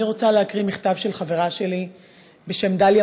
אני רוצה להקריא מכתב של חברה שלי בשם דליה